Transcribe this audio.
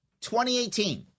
2018